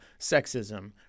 sexism